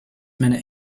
minute